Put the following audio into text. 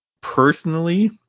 Personally